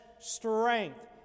strength